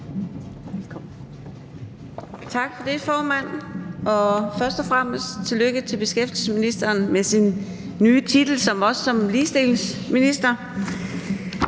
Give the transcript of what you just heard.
Tak for det, formand, og først og fremmest tillykke til beskæftigelsesministeren med sin nye titel som også ligestillingsminister.